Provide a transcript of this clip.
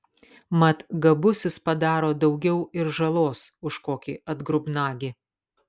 mat gabusis padaro daugiau ir žalos už kokį atgrubnagį